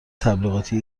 تبلیغاتی